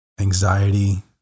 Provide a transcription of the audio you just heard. Anxiety